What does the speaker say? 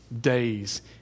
days